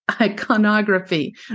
Iconography